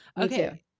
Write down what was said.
Okay